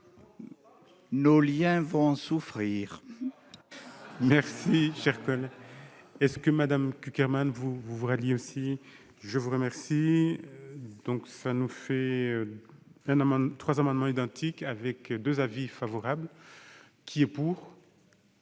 Nos liens vont en souffrir